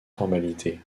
formalité